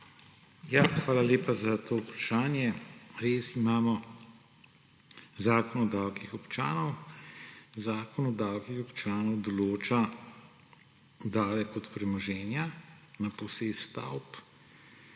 Hvala lepa za to vprašanje. Res imamo Zakon o davkih občanov. Zakon o davkih občanov določa davek od premoženja na posest stavb.